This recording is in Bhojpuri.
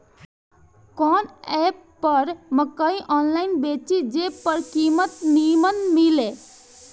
कवन एप पर मकई आनलाइन बेची जे पर कीमत नीमन मिले?